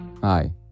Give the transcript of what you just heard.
Hi